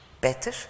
better